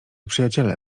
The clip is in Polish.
przyjaciele